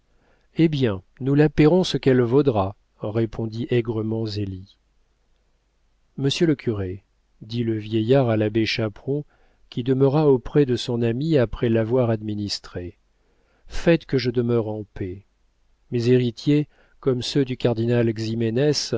eh bien nous la payerons ce qu'elle vaudra répondit aigrement zélie monsieur le curé dit le vieillard à l'abbé chaperon qui demeura auprès de son ami après l'avoir administré faites que je demeure en paix mes héritiers comme ceux du cardinal